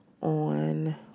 on